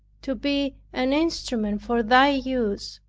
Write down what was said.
to be an instrument for thy use